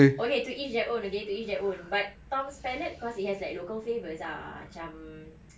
okay to each their own okay to each their own but tom's palette cause they have like local flavours ah macam